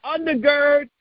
undergird